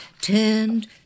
turned